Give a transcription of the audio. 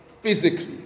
physically